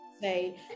say